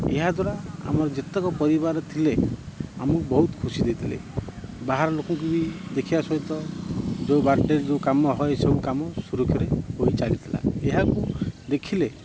ଏହାଦ୍ୱାରା ଆମର ଯେତକ ପରିବାର ଥିଲେ ଆମକୁ ବହୁତ ଖୁସି ଦେଇଥିଲେ ବାହାର ଲୋକଙ୍କୁ ବି ଦେଖିବା ସହିତ ଯେଉଁ ବାର୍ଥଡ଼େ ଯେଉଁ କାମ ହଏ ସବୁକାମ ସୁରଖୁରୁରେ ହୋଇ ଚାଲିଥିଲା ଏହାକୁ ଦେଖିଲେ